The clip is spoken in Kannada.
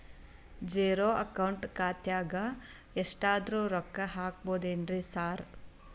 ಝೇರೋ ಅಕೌಂಟ್ ಖಾತ್ಯಾಗ ಎಷ್ಟಾದ್ರೂ ರೊಕ್ಕ ಹಾಕ್ಬೋದೇನ್ರಿ ಸಾರ್?